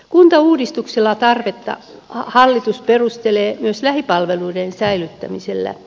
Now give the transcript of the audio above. kuntauudistuksen tarvetta hallitus perustelee myös lähipalveluiden säilyttämisellä